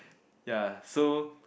ya so